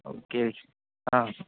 okay હા